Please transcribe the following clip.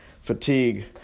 fatigue